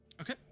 Okay